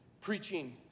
Preaching